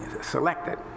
selected